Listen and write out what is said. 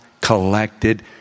collected